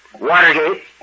Watergate